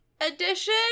edition